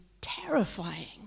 terrifying